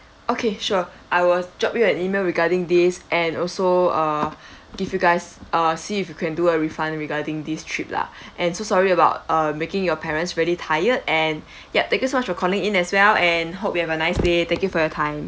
okay sure I will drop you an E-mail regarding this and also uh give you guys err see if you can do a refund regarding this trip lah and so sorry about uh making your parents really tired and yup thank you so much for calling in as well and hope you have a nice day thank you for your time